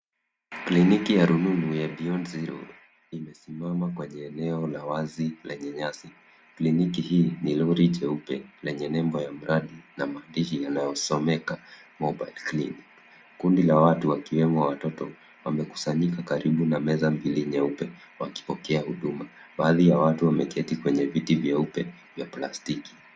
Kliniki ya rununu ya Beyond Zero imesimama kwenye eneo la wazi lenye nyasi. Kliniki hii ni lori jeupe lenye nembo ya mradi na maandishi yanayosomeka Mobile Clinic . Kundi la watu wakiwemo watoto, wamekusanyika karibu na meza mbili nyeupe wakipokea huduma. Baadhi ya watu wameketi kwenye viti vyeupe vya plastiki.